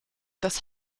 das